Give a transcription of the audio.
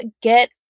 get